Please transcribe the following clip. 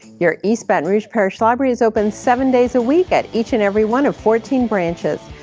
your east baton rouge parish library is open seven days a week at each and every one of fourteen branches,